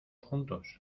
juntos